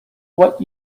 what